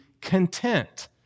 content